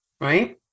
right